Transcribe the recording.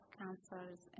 cancers